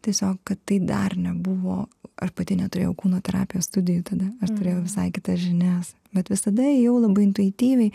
tiesiog kad tai dar nebuvo ar pati neturėjau kūno terapijos studijų tada aš turėjau visai kitas žinias bet visada ėjau labai intuityviai